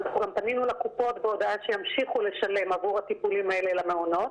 גם פנינו לקופות בהודעה שימשיכו לשלם עבור הטיפולים האלה למעונות.